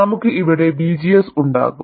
നമുക്ക് ഇവിടെ VGS ഉണ്ടാകും